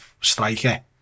striker